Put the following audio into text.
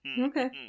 Okay